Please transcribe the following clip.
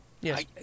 Yes